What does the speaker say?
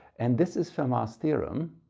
and this is fermat's theorem,